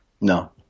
No